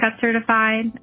certified